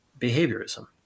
behaviorism